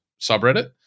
subreddit